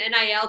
NIL